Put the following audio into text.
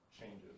changes